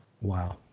Wow